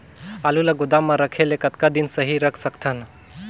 आलू ल गोदाम म रखे ले कतका दिन सही रख सकथन?